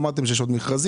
אתם אמרתם שיש עוד מכרזים.